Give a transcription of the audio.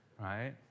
right